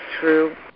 true